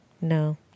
No